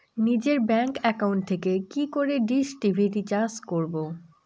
নিজের bank account থেকে কি করে ডিশ টি.ভি রিচার্জ করবো?